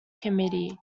committee